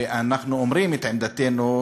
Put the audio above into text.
ואנחנו אומרים את עמדתנו,